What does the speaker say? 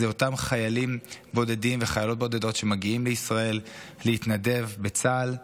זה אותם חיילים בודדים וחיילות בודדות שמגיעים לישראל להתנדב בצה"ל,